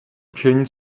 učení